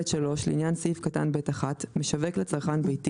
(ב3)לעניין סעיף קטן (ב1), "משווק לצרכן ביתי"